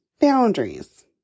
boundaries